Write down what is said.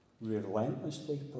relentlessly